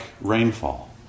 rainfall